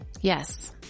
Yes